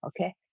okay